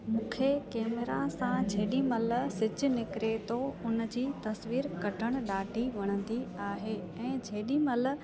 मूंखे कैमरा सां जेॾीमहिल सिजु निकिरे थो उन जी तस्वीरु कढणु ॾाढी वणंदी आहे ऐं जेॾीमहिल